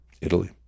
Italy